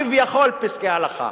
כביכול פסקי הלכה,